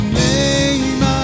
name